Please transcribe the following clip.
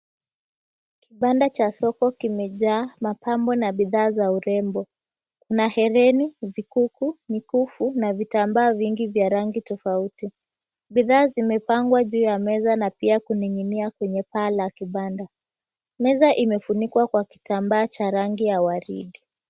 Kibanda cha soko kimejaa mapambo na bidhaa za urembo. Kuna hereni, vikuku, mikufu na vitambaa vingi vya rangi tofauti. Bidhaa zimepangwa juu ya meza na pia kuning'inia kwenye paa la kibanda. Meza imefunikwa kwa kitambaa cha rangi ya waridi.